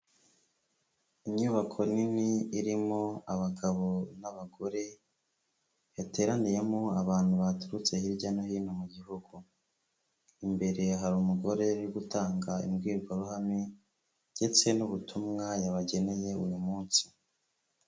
Inyubako nini irimo abagabo n'abagore yateraniyemo abantu baturutse hirya no hino mu gihugu, imbere hari umugore uri gutanga imbwirwaruhame ndetse n'ubutumwa yabageneye uyu munsi.